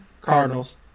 Cardinals